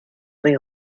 rue